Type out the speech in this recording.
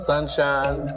sunshine